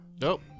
Nope